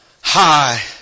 high